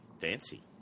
fancy